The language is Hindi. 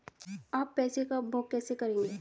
आप पैसे का उपयोग कैसे करेंगे?